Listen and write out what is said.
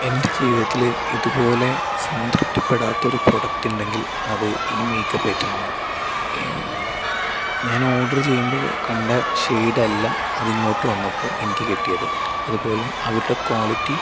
എൻ്റെ ജീവിതത്തിൽ ഇതുപോലെ സംതൃപ്തിപ്പെടാത്ത ഒരു പ്രൊഡക്ട് ഉണ്ടെങ്കിൽ അത് ഈ മേക്കപ്പ് ഐറ്റം ആണ് ഞാൻ ഓർഡർ ചെയ്യുമ്പോൾ കണ്ട ഷെയ്ഡ് അല്ല അത് ഇങ്ങോട്ട് വന്നപ്പോൾ എനിക്ക് കിട്ടിയത് അതുപോലെ അവരുടെ ക്വാളിറ്റി